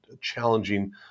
challenging